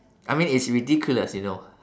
I mean it's ridiculous you know